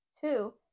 Two